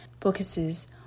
focuses